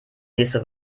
nächste